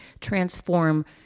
transform